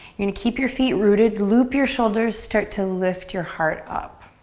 you're gonna keep your feet rooted, loop your shoulders, start to lift your heart up.